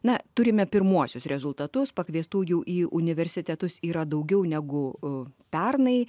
na turime pirmuosius rezultatus pakviestųjų į universitetus yra daugiau negu pernai